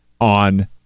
on